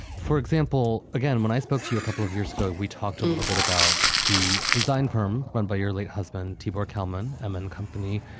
for example. again, when i spoke to you a couple of years ago, we talked a little bit about the design firm run by your late husband, tibor kalman um and company.